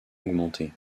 augmenté